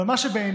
אבל מה שבעיניי